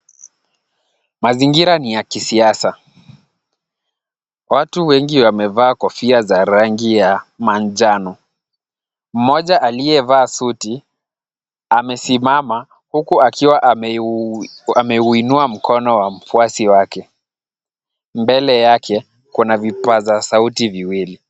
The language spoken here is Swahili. Mazingira ni ya kisiasa. Watu wengi wamevaa kofia za rangi ya manjano. Mmoja aliyevaa suti amesimama huku akiwa ameuinua mkono wa mfuasi wake. Mbele yake kuna vipaza sauti viwili.